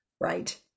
right